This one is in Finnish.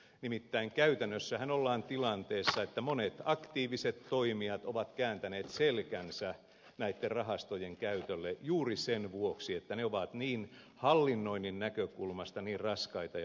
nimittäin käytännössähän ollaan tilanteessa että monet aktiiviset toimijat ovat kääntäneet selkänsä näitten rahastojen käytölle juuri sen vuoksi että ne ovat hallinnoinnin näkökulmasta niin raskaita ja byrokraattisia